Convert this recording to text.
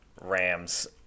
Rams